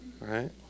Right